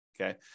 Okay